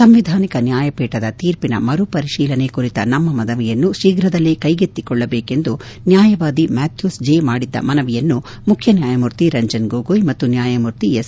ಸಂವಿಧಾನಿಕ ನ್ಯಾಯಪೀಠದ ತೀರ್ಪಿನ ಮರುಪರಿಶೀಲನೆ ಕುರಿತ ತಮ್ಮ ಮನವಿಯನ್ನು ಶೀಘದಲ್ಲೇ ಕೈಗೆತ್ತಿಕೊಳ್ಳದೇಕು ಎಂದು ನ್ಯಾಯವಾದಿ ಮ್ಯಾಥ್ಯೂಸ್ ಜೇ ಮಾಡಿದ್ದ ಮನವಿಯನ್ನು ಮುಖ್ಯನ್ಯಾಯಮೂರ್ತಿ ರಂಜನ್ ಗೊಗೋಯ್ ಮತ್ತು ನ್ಯಾಯಮೂರ್ತಿ ಎಸ್